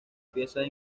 piezas